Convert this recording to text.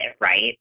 right